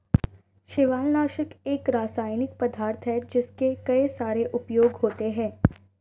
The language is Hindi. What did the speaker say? शैवालनाशक एक रासायनिक पदार्थ है जिसके कई सारे उपयोग होते हैं